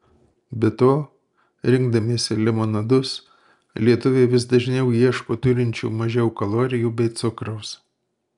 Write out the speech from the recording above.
be to rinkdamiesi limonadus lietuviai vis dažniau ieško turinčių mažiau kalorijų bei cukraus